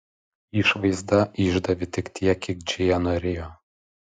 išvaizda išdavė tik tiek kiek džėja norėjo